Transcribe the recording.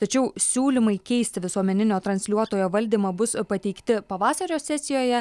tačiau siūlymai keisti visuomeninio transliuotojo valdymą bus pateikti pavasario sesijoje